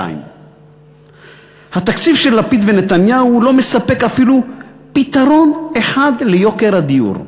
2. התקציב של לפיד ונתניהו לא מספק אפילו פתרון אחד ליוקר הדיור.